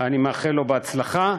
אני מאחל לו הצלחה.